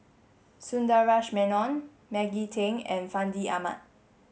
Sundaresh Menon Maggie Teng and Fandi Ahmad